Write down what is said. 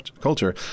culture